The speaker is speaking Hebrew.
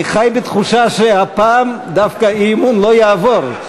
אני חי בתחושה שהפעם דווקא האי-אמון לא יעבור,